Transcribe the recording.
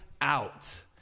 out